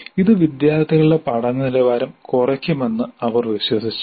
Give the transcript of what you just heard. ഇത് വിദ്യാർത്ഥികളുടെ പഠന നിലവാരം കുറയ്ക്കുമെന്ന് അവർ വിശ്വസിച്ചു